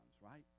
right